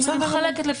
אבל אני אומרת שזה לא